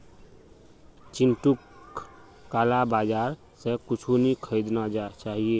चिंटूक काला बाजार स कुछू नी खरीदना चाहिए